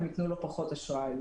פחות אשראי.